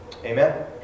Amen